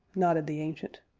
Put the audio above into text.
nodded the ancient.